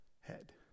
head